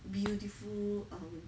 beautiful um